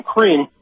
Cream